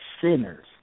sinners